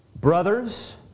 Brothers